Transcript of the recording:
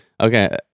okay